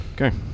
Okay